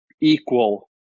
equal